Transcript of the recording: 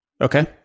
Okay